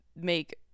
make